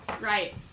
Right